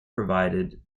provided